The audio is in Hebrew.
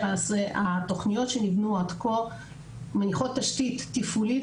התוכניות שנבנו עד כה מניחות תשתית תפעולית